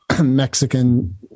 Mexican